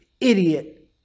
idiot